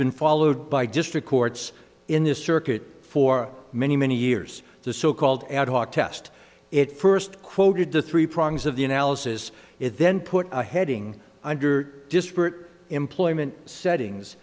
been followed by district courts in this circuit for many many years the so called ad hoc test it first quoted the three prongs of the analysis then put a heading under disparate employment settings